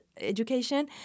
education